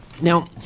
Now